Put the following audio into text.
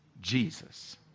Jesus